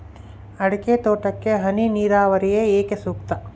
ಅಡಿಕೆ ತೋಟಕ್ಕೆ ಹನಿ ನೇರಾವರಿಯೇ ಏಕೆ ಸೂಕ್ತ?